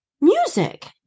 music